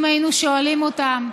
אם היינו שואלים אותם,